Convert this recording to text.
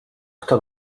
kto